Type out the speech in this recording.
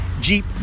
Jeep